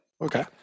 Okay